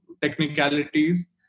technicalities